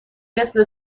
مثل